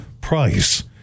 price